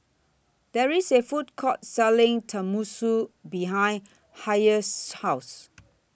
There IS A Food Court Selling Tenmusu behind Hayes' House